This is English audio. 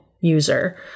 user